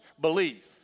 belief